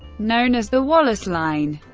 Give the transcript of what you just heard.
known as the wallace line,